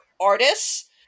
artists